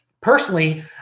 Personally